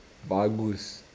bagus